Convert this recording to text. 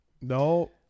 No